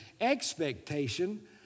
expectation